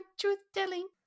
truth-telling